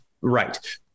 right